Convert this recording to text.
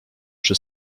przy